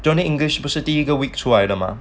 johnny english 不是第一个 week 出来的吗